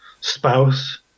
spouse